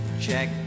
check